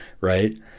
Right